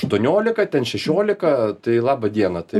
aštuoniolika ten šešiolika tai labą dieną tai